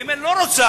ואם היא לא רוצה,